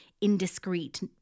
indiscreet